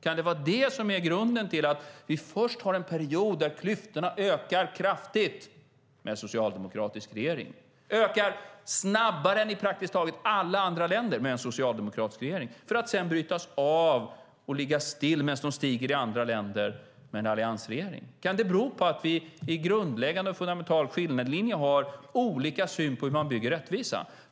Kan det vara det som är grunden i att vi först har haft en period där klyftorna ökat kraftigt med en socialdemokratisk regering, ökat snabbare än i praktiskt taget alla andra länder med en socialdemokratisk regering, för att sedan brytas av och ligga still medan de stiger i andra länder med en alliansregering? Kan det bero på att vi med en grundläggande och fundamental skiljelinje har olika syn på hur man bygger rättvisa?